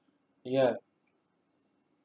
ya